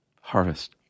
harvest